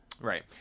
Right